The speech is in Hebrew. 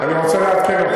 אני אעדכן אותך.